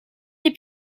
des